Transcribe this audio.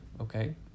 okay